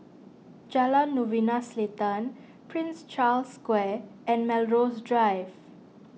Jalan Novena Selatan Prince Charles Square and Melrose Drive